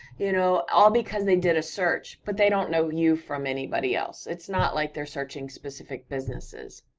you know all because they did a search, but they don't know you from anybody else, it's not like they're searching specific businesses.